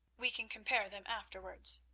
we can compare them afterwards.